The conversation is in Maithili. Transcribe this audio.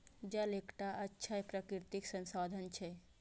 जल एकटा अक्षय प्राकृतिक संसाधन छियै